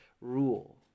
rule